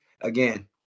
again